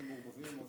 אתם מעורבבים עם,